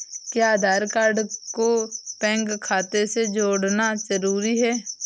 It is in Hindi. क्या आधार को बैंक खाते से जोड़ना जरूरी है?